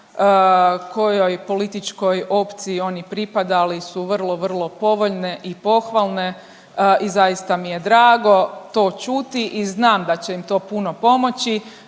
kojoj političkoj opciji oni pripadali su vrlo, vrlo povoljne i pohvalne i zaista mi je drago to čuti i znam da će im to puno pomoći,